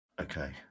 Okay